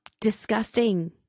disgusting